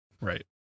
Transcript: Right